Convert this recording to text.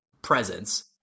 Presence